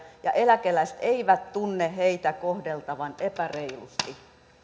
ja eläkeläiset eivät tunne heitä kohdeltavan epäreilusti